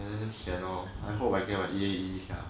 and then damn sian lor I hope I get my E_A sia